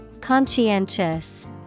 Conscientious